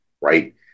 right